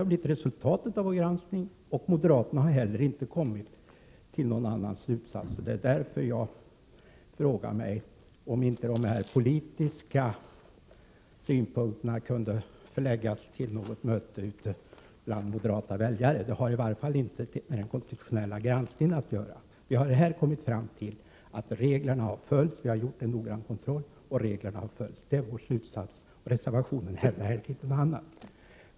Det blev resultatet av vår granskning, och inte heller moderaterna kom fram till någon annan slutsats. Det är därför som jag frågar mig om de politiska synpunkterna inte kan sparas till något möte ute bland moderata väljare. Det där har i varje fall inte med den konstitutionella granskningen att göra. Vi har alltså gjort en noggrann kontroll och funnit att reglerna har följts, det är vår slutsats. I reservationen hävdas det inte heller något annat.